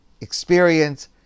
experience